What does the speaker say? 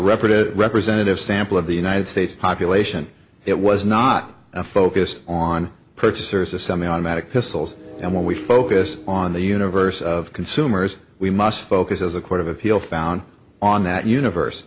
reparative representative sample of the united states population it was not focused on purchasers a semiautomatic pistols and when we focus on the universe of consumers we must focus as a court of appeal found on that universe